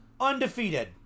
undefeated